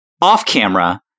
off-camera